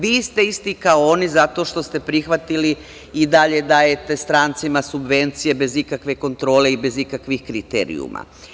Vi ste isti kao oni zato što ste prihvatili i dalje dajete strancima subvencije bez ikakve kontrole i bez ikakvih kriterijuma.